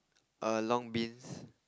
err long beans